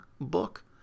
book